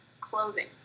clothing